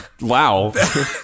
Wow